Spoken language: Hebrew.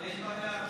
אין בעיה.